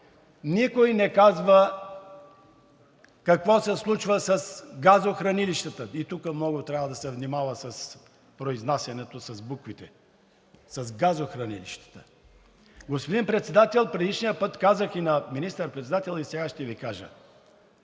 Никой не казва какво се случва с газохранилищата и тук трябва много да се внимава с произнасянето на буквите. Господин Председател, предишния път казах и на министър-председателя, и сега ще Ви кажа.